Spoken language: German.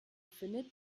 findet